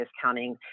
discounting